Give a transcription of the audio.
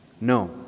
No